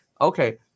okay